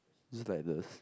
is just like this